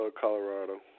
Colorado